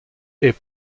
est